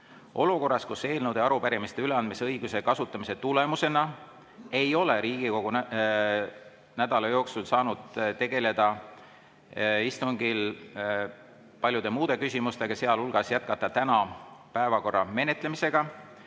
Olukorras, kus eelnõude ja arupärimiste üleandmise õiguse kasutamise tulemusena ei ole Riigikogu nädala jooksul saanud tegeleda istungil paljude muude küsimustega, sealhulgas jätkata täna päevakorra menetlemist,